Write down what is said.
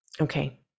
Okay